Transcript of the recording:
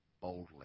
boldly